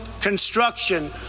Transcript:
construction